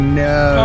no